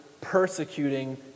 persecuting